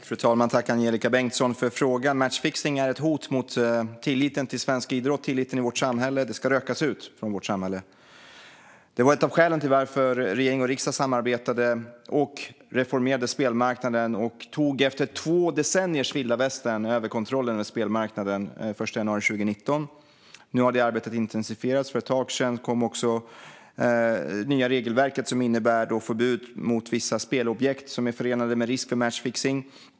Fru talman! Jag tackar Angelika Bengtsson för frågan. Matchfixning är ett hot mot tilliten till svensk idrott och tilliten i vårt samhälle och ska rökas ut. Det var ett av skälen till att regering och riksdag samarbetade och reformerade spelmarknaden. Efter två decennier av vilda västern tog vi kontroll över spelmarknaden den 1 januari 2019. Detta arbete har nu intensifierats, och för ett tag sedan kom det nya regelverket som innebär förbud mot vissa spelobjekt som är förenade med risk för matchfixning.